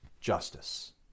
justice